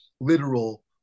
literal